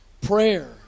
prayer